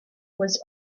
was